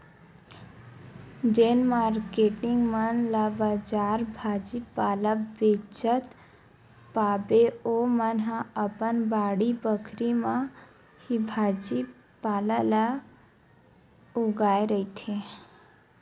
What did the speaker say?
जेन मारकेटिंग मन ला बजार भाजी पाला बेंचत पाबे ओमन ह अपन बाड़ी बखरी म ही भाजी पाला ल उगाए रहिथे